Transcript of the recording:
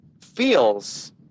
feels